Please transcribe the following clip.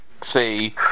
say